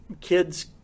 kids